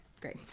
great